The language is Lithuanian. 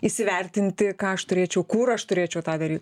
įsivertinti ką aš turėčiau kur aš turėčiau tą daryt